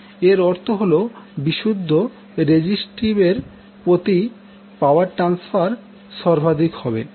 এর অর্থ হল বিশুদ্ধ রেজিস্টিভ এর প্রতি পাওয়ার ট্রান্সফার সর্বাধিক হবে